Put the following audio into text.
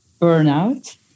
burnout